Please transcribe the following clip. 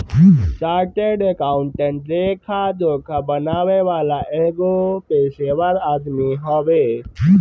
chartered accountant लेखा जोखा बनावे वाला एगो पेशेवर आदमी हवे